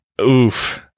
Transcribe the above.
oof